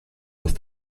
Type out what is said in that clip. with